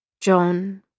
John